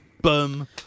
Boom